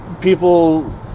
People